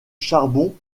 charbon